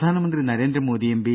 പ്രധാനമന്ത്രി നരേന്ദ്രമോദിയും ബി